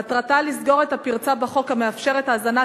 מטרתה לסגור את הפרצה בחוק המאפשרת האזנת